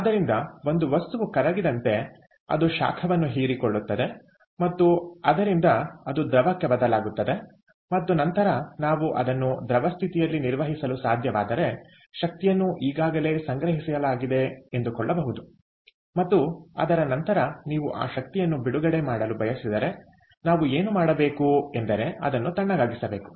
ಆದ್ದರಿಂದ ಒಂದು ವಸ್ತುವು ಕರಗಿದಂತೆ ಅದು ಶಾಖವನ್ನು ಹೀರಿಕೊಳ್ಳುತ್ತದೆ ಮತ್ತು ಅದರಿಂದ ಅದು ದ್ರವಕ್ಕೆ ಬದಲಾಗುತ್ತದೆ ಮತ್ತು ನಂತರ ನಾವು ಅದನ್ನು ದ್ರವ ಸ್ಥಿತಿಯಲ್ಲಿ ನಿರ್ವಹಿಸಲು ಸಾಧ್ಯವಾದರೆ ಶಕ್ತಿಯನ್ನು ಈಗಾಗಲೇ ಸಂಗ್ರಹಿಸಲಾಗಿದೆ ಎಂದುಕೊಳ್ಳಬಹುದು ಮತ್ತು ಅದರ ನಂತರ ನೀವು ಆ ಶಕ್ತಿಯನ್ನು ಬಿಡುಗಡೆ ಮಾಡಲು ಬಯಸಿದರೆ ನಾವು ಏನು ಮಾಡಬೇಕು ಎಂದರೆ ಅದನ್ನು ತಣ್ಣಗಾಗಿಸಬೇಕು